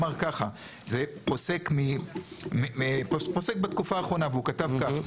הוא אמר ככה, זה פוסק בתקופה האחרונה והוא כתב כך.